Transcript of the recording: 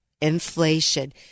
inflation